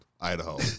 Idaho